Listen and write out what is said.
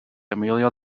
amelia